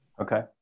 okay